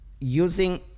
Using